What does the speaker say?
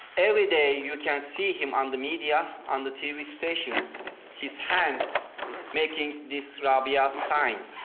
every day you can see him on the media, on the t v. stations his hand making this rabia sign,